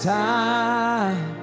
time